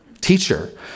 teacher